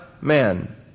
man